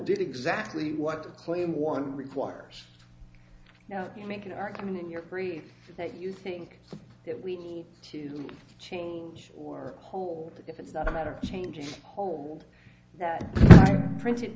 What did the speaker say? did exactly what you claim one requires now you make an argument in your very thank you think that we need to change or whole if it's not a matter of changing hold that printed